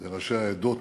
וראשי העדות